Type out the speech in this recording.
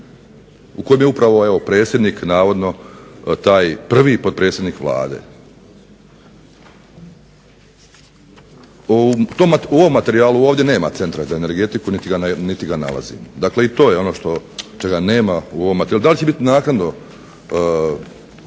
u kojoj bi bio upravo predsjednik navodno taj prvi potpredsjednik Vlade. U ovom materijalu nema centra za energetiku niti ga nalazimo. Dakle, i to je ono čega nema u ovom materijalu. Da li će biti naknadno